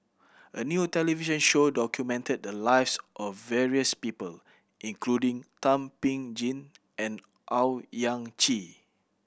a new television show documented the lives of various people including Thum Ping Tjin and Owyang Chi